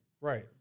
Right